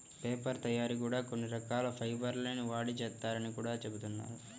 paper తయ్యారీ కూడా కొన్ని రకాల ఫైబర్ ల్ని వాడి చేత్తారని గూడా జెబుతున్నారు